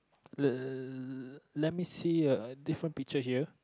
uh let me see a different picture here